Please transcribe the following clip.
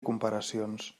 comparacions